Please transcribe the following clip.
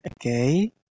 Okay